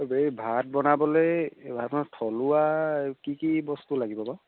এই ভাত বনাবলৈ ভাত মানে থলুৱা কি কি বস্তু লাগিব বাৰু